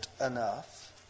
enough